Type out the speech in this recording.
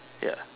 ya